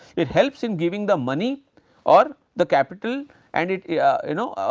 it helps in giving the money or the capital and it yeah you know